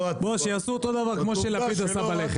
שיעשו אותו דבר כמו שלפיד עשה בלחם.